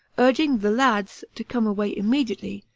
urging the lads to come away immediately,